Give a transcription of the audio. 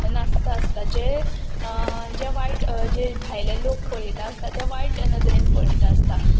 नाचता आसता जे जे वायट जे भायले लोक पळयता आसता ते वायट नदरेन पळयता आसता